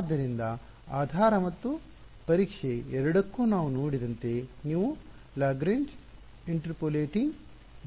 ಆದ್ದರಿಂದ ಆಧಾರ ಮತ್ತು ಪರೀಕ್ಷೆ ಎರಡಕ್ಕೂ ನಾವು ನೋಡಿದಂತೆ ನೀವು ಲಾಗ್ರೇಂಜ್ ಇಂಟರ್ಪೋಲೇಟಿಂಗ್